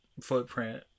footprint